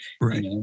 Right